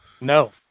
No